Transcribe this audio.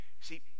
See